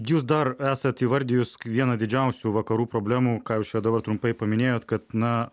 jūs dar esat įvardijus vieną didžiausių vakarų problemų ką jūs čia dabar trumpai paminėjot kad na